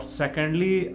secondly